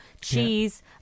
Cheese